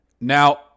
Now